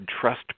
trust